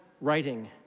writing